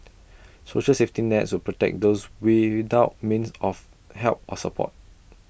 social safety nets will protect those without means of help or support